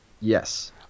Yes